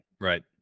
right